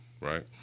right